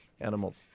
Animals